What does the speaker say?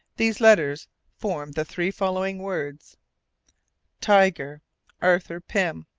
these letters formed the three following words tiger arthur pym.